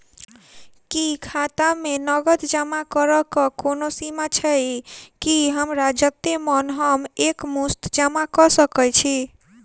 की खाता मे नगद जमा करऽ कऽ कोनो सीमा छई, की हमरा जत्ते मन हम एक मुस्त जमा कऽ सकय छी?